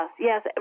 yes